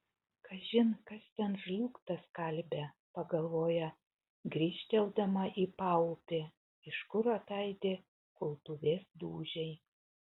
kažin kas ten žlugtą skalbia pagalvoja grįžteldama į paupį iš kur ataidi kultuvės dūžiai